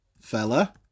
fella